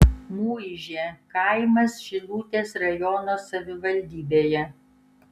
muižė kaimas šilutės rajono savivaldybėje